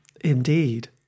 indeed